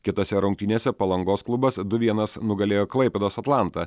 kitose rungtynėse palangos klubas du vienas nugalėjo klaipėdos atlantą